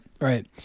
Right